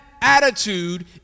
attitude